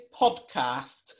podcast